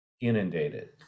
inundated